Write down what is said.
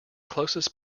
closest